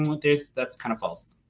there is that's kind of false.